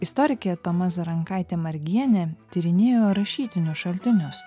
istorikė toma zarankaitė margienė tyrinėjo rašytinius šaltinius